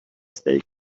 stay